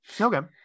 Okay